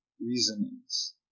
reasonings